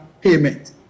payment